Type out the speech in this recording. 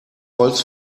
holz